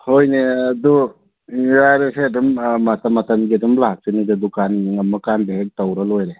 ꯍꯣꯏꯅꯦ ꯑꯗꯣ ꯌꯥꯔꯦꯁꯦ ꯑꯗꯨꯝ ꯃꯇꯝ ꯃꯇꯝꯒꯤ ꯑꯗꯨꯝ ꯂꯥꯛꯆꯅꯤꯗ ꯗꯨꯀꯥꯟꯒꯤ ꯉꯝꯃ ꯀꯥꯟꯗ ꯍꯦꯛ ꯇꯧꯔ ꯂꯣꯏꯔꯦ